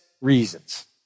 reasons